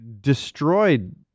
destroyed